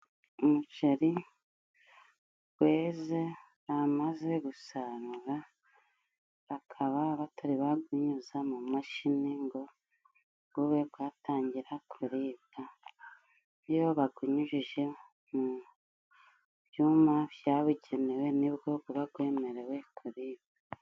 Umuceri gweze bamaze gusarura, bakaba batari bagunyuza mu mashini ngo gube gwatangira kuribwa. Iyo bagunyujije mu byuma byabugenewe nibwo guba gwemerewe kuribwa.